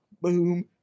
boom